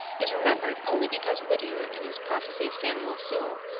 is remembered only because whittier, in his prophecy of samuel sewall,